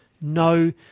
no